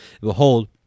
Behold